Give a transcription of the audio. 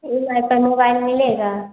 E M I पर mobile मिलेगा